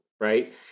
right